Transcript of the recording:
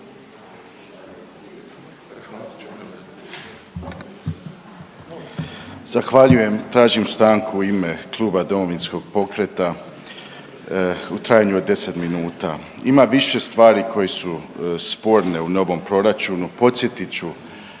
Zahvaljujem. Tražim stanku u ime kluba Domovinskog pokreta u trajanju od 10 minuta. Ima više stvari koje su sporne u novom proračunu, podsjetit ću